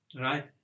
right